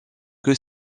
que